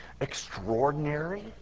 extraordinary